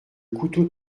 couteau